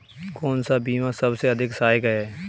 कौन सा बीमा सबसे अधिक सहायक है?